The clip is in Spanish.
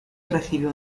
recibe